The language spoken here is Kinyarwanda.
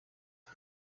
abo